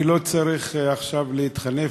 אני לא צריך עכשיו להתחנף,